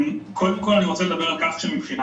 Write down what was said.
קודם אני רוצה לדבר על כך שמבחינה